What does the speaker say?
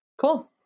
Cool